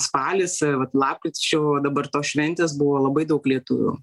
spalis vat lapkričio dabar tos šventės buvo labai daug lietuvių